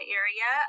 area